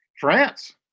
France